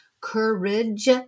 courage